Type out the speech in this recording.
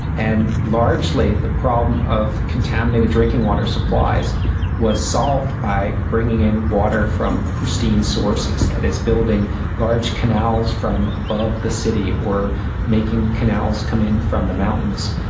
and largely the problem of contaminated drinking water supplies was solved by bringing in water from pristine sources, that is building large canals from above the city or making canals come in from the mountains.